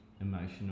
emotional